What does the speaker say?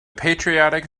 patriotic